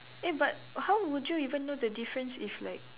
eh but how would you even know the difference if like